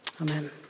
Amen